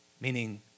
meaning